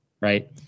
right